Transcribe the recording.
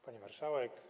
Pani Marszałek!